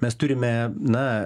mes turime na